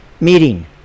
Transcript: meeting